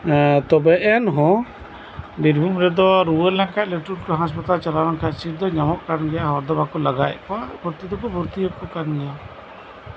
ᱛᱚᱵᱮ ᱮᱱᱦᱚᱸ ᱵᱤᱨᱵᱷᱩᱢ ᱨᱮᱫᱚ ᱨᱩᱣᱟᱹ ᱞᱮᱱᱠᱷᱟᱡ ᱞᱮ ᱦᱟᱸᱥᱯᱟᱛᱟᱞ ᱪᱟᱞᱟᱣ ᱞᱮᱱᱠᱷᱟᱡ ᱫᱚ ᱧᱟᱢᱚᱜ ᱠᱟᱱ ᱜᱮᱭᱟ ᱦᱚᱲ ᱫᱚ ᱵᱟᱠᱩ ᱞᱟᱜᱟᱭᱮᱫ ᱠᱚᱣᱟ ᱵᱷᱚᱨᱛᱤ ᱫᱚᱠᱚ ᱵᱷᱚᱨᱛᱤᱭᱮᱫ ᱠᱩ ᱜᱮᱭᱟ